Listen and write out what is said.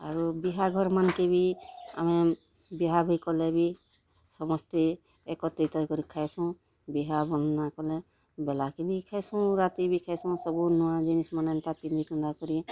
ଆରୁ ବିହାଘର୍ ମାନକେ ବି ଆମେ ବିହା ବି କଲେ ବି ସମସ୍ତେ ଏକତ୍ରିତ ହେଇକରି ଖାଇସୁଁ ବିହା ବରନା କଲେ ବେଲାକେ ବି ଖାଇସୁଁ ରାତି ବି ଖାଇସୁଁ ସବୁ ନୂଆ ଜିନିଷ୍ ମାନେ ଏନ୍ତା ପିନ୍ଧିପୁନ୍ଧା କରି